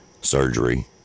surgery